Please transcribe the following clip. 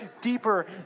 deeper